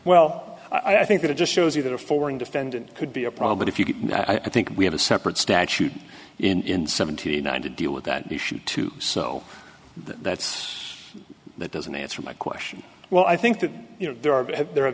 well i think it just shows you that a foreign defendant could be a problem but if you could i think we have a separate statute in seventy nine to deal with that issue too so that's that doesn't answer my question well i think that you know there are there have